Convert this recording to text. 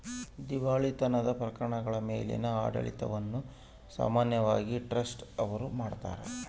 ದಿವಾಳಿತನದ ಪ್ರಕರಣಗಳ ಮೇಲಿನ ಆಡಳಿತವನ್ನು ಸಾಮಾನ್ಯವಾಗಿ ಟ್ರಸ್ಟಿ ಅವ್ರು ಮಾಡ್ತಾರ